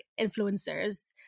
influencers